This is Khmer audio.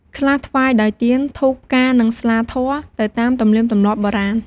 ខ្លះថ្វាយដោយទៀន ធូប ផ្កា និងស្លាធម៌ ទៅតាមទំនៀមទម្លាប់បុរាណ។